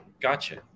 Gotcha